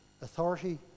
authority